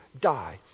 die